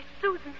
Susan